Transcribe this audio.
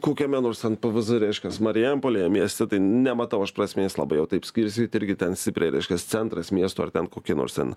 kokiame nors ten pvz reiškias marijampolėje mieste tai nematau aš prasmės labai jau taip skirstyt irgi ten stipriai reiškias centras miesto ar ten koki nors ten